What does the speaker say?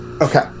okay